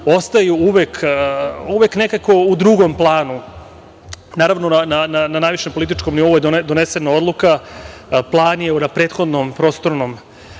ostaju uvek nekako u drugom planu. Naravno, na najvišem političkom nivou je doneta odluka, prethodni prostorni